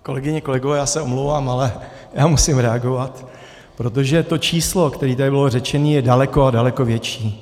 Kolegyně a kolegové, já se omlouvám, ale musím reagovat, protože to číslo, které tady bylo řečené, je daleko a daleko větší.